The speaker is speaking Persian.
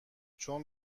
چون